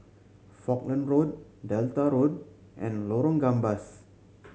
Falkland Road Delta Road and Lorong Gambas